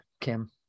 Kim